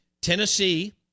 Tennessee